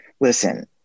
listen